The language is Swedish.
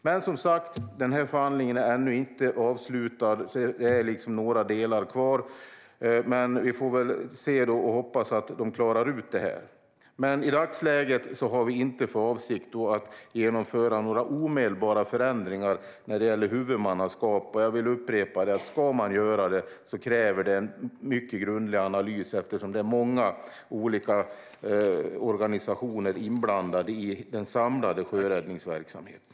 Men, som sagt, förhandlingen är ännu inte avslutad. Det är några delar kvar. Vi får hoppas att de klarar ut detta. I dagsläget har vi dock inte för avsikt att genomföra några omedelbara förändringar när det gäller huvudmannaskap. Jag vill upprepa att om man ska göra det krävs en mycket grundlig analys, eftersom det är många olika organisationer inblandade i den samlade sjöräddningsverksamheten.